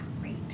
great